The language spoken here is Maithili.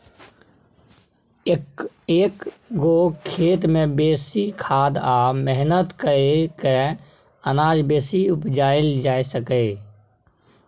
एक्क गो खेत मे बेसी खाद आ मेहनत कए कय अनाज बेसी उपजाएल जा सकैए